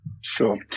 Sure